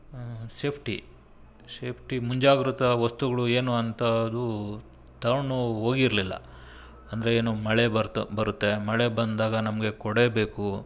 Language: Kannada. ಸೇಫ್ಟಿ ಶೇಫ್ಟಿ ಮುಂಜಾಗ್ರತಾ ವಸ್ತುಗಳು ಏನು ಅಂಥದ್ದು ತಗೊಂಡು ಹೋಗಿರ್ಲಿಲ್ಲ ಅಂದರೆ ಏನು ಮಳೆ ಬರ್ತ್ ಬರುತ್ತೆ ಮಳೆ ಬಂದಾಗ ನಮಗೆ ಕೊಡೆ ಬೇಕು